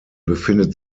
befindet